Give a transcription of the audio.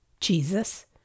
Jesus